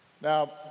Now